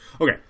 Okay